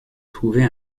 trouver